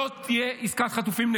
לא תהיה עסקת חטופים.